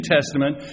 Testament